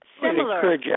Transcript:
similar